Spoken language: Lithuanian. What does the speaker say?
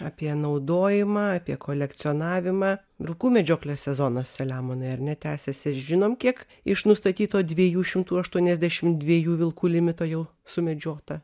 apie naudojimą apie kolekcionavimą vilkų medžioklės sezonas saliamonui ar ne tęsiasi žinom kiek iš nustatyto dviejų šimtų aštuoniasdešim dviejų vilkų limito jau sumedžiota